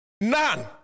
None